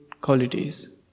qualities